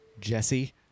jesse